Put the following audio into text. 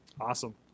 Awesome